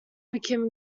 became